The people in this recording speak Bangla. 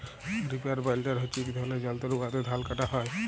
রিপার বাইলডার হছে ইক ধরলের যল্তর উয়াতে ধাল কাটা হ্যয়